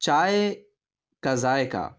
چائے کا ذائقہ